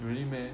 really meh